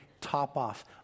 top-off